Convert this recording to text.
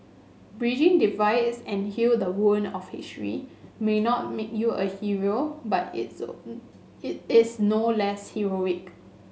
bridging divides and heal the wound of history may not make you a Hero but its it is no less heroic